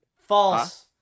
False